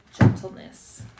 gentleness